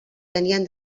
tenien